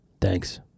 Thanks